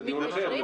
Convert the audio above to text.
זה דיון אחר,